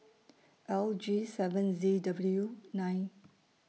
L G seven Z W nine